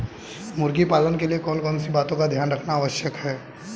मुर्गी पालन के लिए कौन कौन सी बातों का ध्यान रखना आवश्यक है?